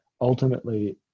ultimately